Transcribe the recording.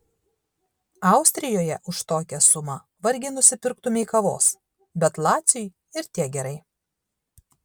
austrijoje už tokią sumą vargiai nusipirktumei kavos bet laciui ir tiek gerai